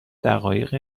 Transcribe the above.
دقایق